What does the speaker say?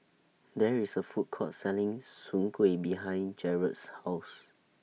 There IS A Food Court Selling Soon Kuih behind Jaret's House